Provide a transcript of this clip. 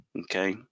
Okay